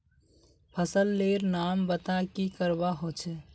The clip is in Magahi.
फसल लेर नाम बता की करवा होचे?